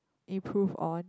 improve on